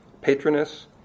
patroness